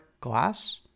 glass